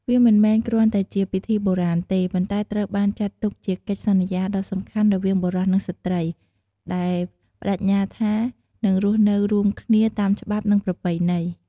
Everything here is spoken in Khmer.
វាមិនមែនគ្រាន់តែជាពិធីបុរាណទេ ប៉ុន្តែត្រូវបានចាត់ទុកជាកិច្ចសន្យាដ៏សំខាន់រវាងបុរសនិងស្ត្រី ដែលប្តេជ្ញាថានឹងរស់នៅរួមគ្នាតាមច្បាប់ និង ប្រពៃណី។